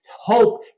hope